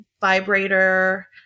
vibrator